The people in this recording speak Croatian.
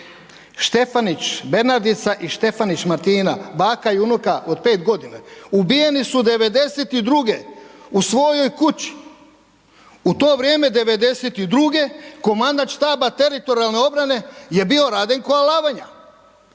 Štefanić Bernardica i Štefanić Martina, baka i unuka od 5 godina. Ubijene su 92.-e u svojoj kući. U to vrijeme 92.-e komandant štaba teritorijalne obrane je bio Radenko Alavanja